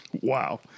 Wow